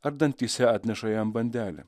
ar dantyse atneša jam bandelę